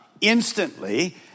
instantly